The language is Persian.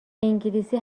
انگلیسی